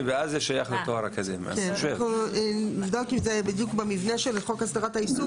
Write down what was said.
סייג לתחולה 4. הוראות סעיף 43 לחוק הסדרת העיסוק